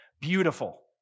Beautiful